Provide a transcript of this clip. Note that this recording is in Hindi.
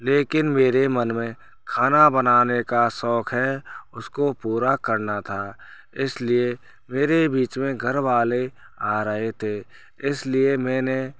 लेकिन मेरे मन में खाना बनाने का शौक़ है उसको पूरा करना था इसलिए मेरे बीच में घरवाले आ रहे थे इसलिए मैंने